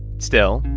still,